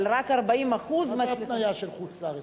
מה זה ההתניה של חוץ-לארץ?